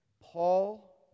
Paul